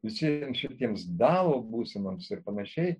visiems šitiems dao būsenoms ir panašiai